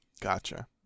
Gotcha